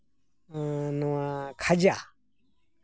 ᱱᱚᱣᱟ ᱠᱷᱟᱡᱟ